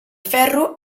ferro